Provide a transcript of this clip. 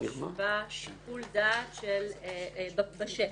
שימוש בשיקול הדעת בשטח.